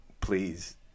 please